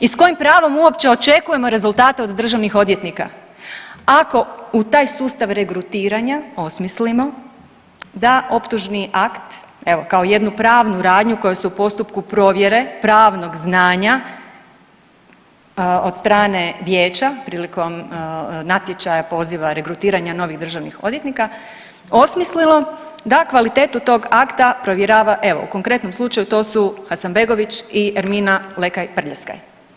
I s kojim pravom uopće očekujemo rezultate od državnih odvjetnika ako u taj sustav regrutiranja osmislimo da optužni akt, evo kao jednu pravnu radnju koje su u postupku provjere pravnog znanja od strane vijeća prilikom natječaja poziva regrutiranja novih državnih odvjetnika osmislilo da kvalitetu tog akta provjerava evo u konkretnom slučaju to su Hasanbegović i Armina Lekaj Prljaskaj?